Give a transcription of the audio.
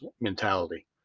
mentality